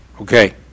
okay